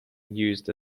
used